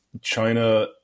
China